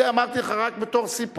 את זה אמרתי לך רק בתור סיפור,